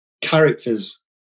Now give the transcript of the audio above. characters